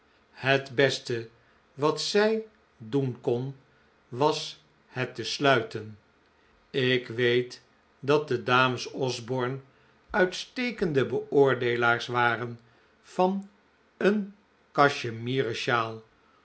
het beste wat zij doen kon was het te sluiten ik weet dat de dames osborne uitstekende beoordeelaars waren van een cachemieren sjaal